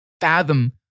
fathom